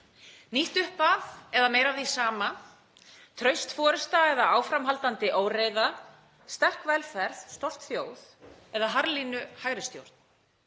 Nýtt upphaf eða meira af því sama, traust forysta eða áframhaldandi óreiða, sterk velferð, stolt þjóð eða harðlínu hægristjórn.